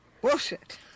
bullshit